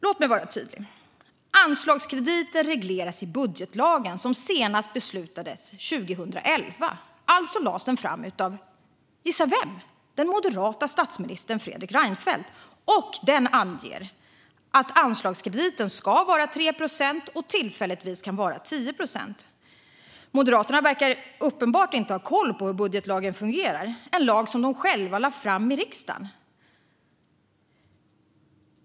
Låt mig vara tydlig: Anslagskrediten regleras i budgetlagen, som senast beslutades 2011. Alltså lades den fram av - gissa vem! - den moderate statsministern Fredrik Reinfeldt. Den anger att anslagskrediten ska vara 3 procent men att den tillfälligtvis kan vara 10 procent. Moderaterna verkar uppenbart inte ha koll på hur budgetlagen fungerar, en lag som de själva lagt fram i riksdagen.